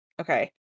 Okay